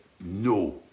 no